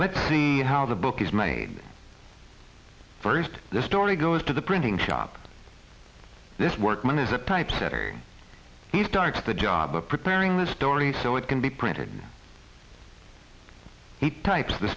let's see how the book is made first the story goes to the printing shop this workman is a typesetter he starts the job of preparing the story so it can be printed he types